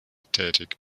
tätig